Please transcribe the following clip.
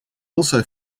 also